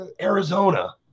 Arizona